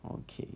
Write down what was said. okay